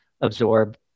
absorb